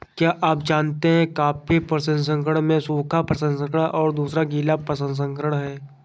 क्या आप जानते है कॉफ़ी प्रसंस्करण में सूखा प्रसंस्करण और दूसरा गीला प्रसंस्करण है?